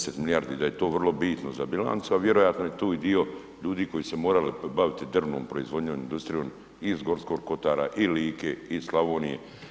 10 milijardi da je to vrlo bitno za bilancu, a vjerojatno je tu i dio ljudi koji su se morali baviti drvnom proizvodnjom, industrijom i iz Gorskog kotara i Like i iz Slavonije.